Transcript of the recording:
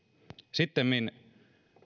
sittemmin